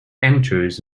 enters